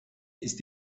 ist